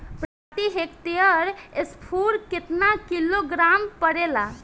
प्रति हेक्टेयर स्फूर केतना किलोग्राम परेला?